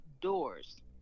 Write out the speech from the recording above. doors